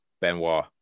Benoit